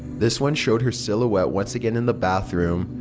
this one showed her silhouette once again in the bathroom.